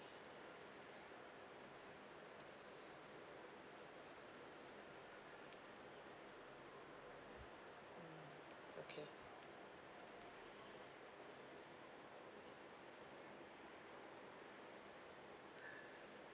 okay